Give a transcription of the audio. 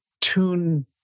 tune